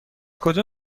کجا